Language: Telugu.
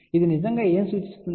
ఇది నిజంగా ఏమి సూచిస్తుంది